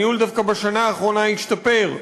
הניהול דווקא בשנה האחרונה השתפר,